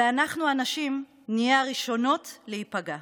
ואנחנו הנשים נהיה הראשונות להיפגע.